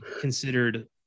considered